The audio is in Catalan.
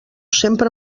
sempre